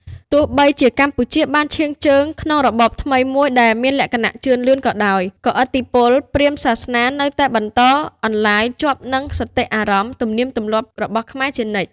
ទោះបីជាកម្ពុជាបានឈានចូលក្នុងរបបថ្មីមួយដែលមានលក្ខណៈជឿនលឿនក៏ដោយ ក៏ឥទ្ធិពលព្រហ្មញ្ញសាសនានៅតែបន្តអន្លាយជាប់នឹងសតិអារម្មណ៍ ទំនៀមទម្លាប់របស់ខ្មែរជានិច្ច។